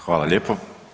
Hvala lijepo.